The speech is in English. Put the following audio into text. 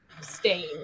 stain